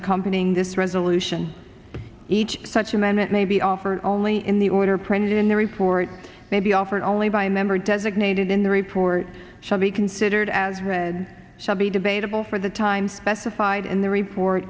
accompanying this resolution each such amendment may be offered only in the order printed in the report may be offered only by member designated in the report shall be considered as read shall be debatable for the time specified in the report